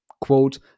quote